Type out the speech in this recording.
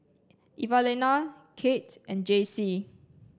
Evalena Kate and Jacey